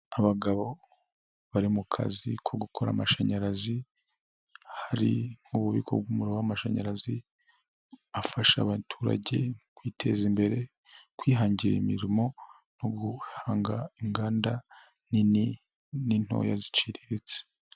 Abagabo bari mu kazi ko gukora amashanyarazi, hari nk'ububiko bw'umuriro w'amashanyarazi, afasha abaturage kwiteza imbere, kwihangira imirimo no guhanga inganda nini n'intoya ziciriritse.